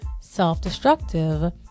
self-destructive